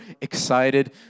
excited